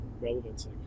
relevance